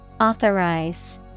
Authorize